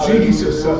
Jesus